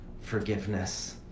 forgiveness